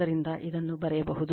ಆದ್ದರಿಂದ ಇದನ್ನು ಬರೆಯಬಹುದು